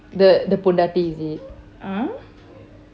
the கொண்டாடி:pondati is it